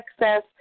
access